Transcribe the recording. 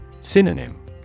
Synonym